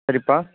சரிப்பா